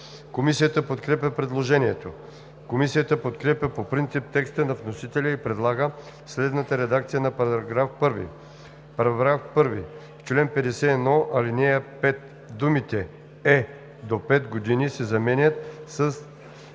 Комисията подкрепя предложението. Комисията подкрепя по принцип текста на вносителя и предлага следната редакция на § 1: „§ 1. В чл. 51, ал. 5 думите „е до 5 години“ се заменят със